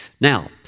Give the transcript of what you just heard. Now